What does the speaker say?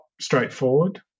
straightforward